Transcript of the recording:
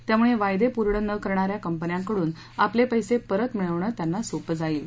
त्यामुळे वायदे पूर्ण न करणाऱ्या कंपन्यांकडून आपले पैसे परत मिळवणं त्यांना सोपं जाईल